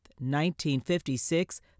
1956